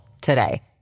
today